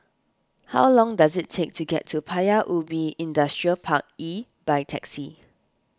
how long does it take to get to Paya Ubi Industrial Park E by taxi